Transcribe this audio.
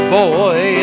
boy